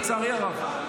לצערי הרב.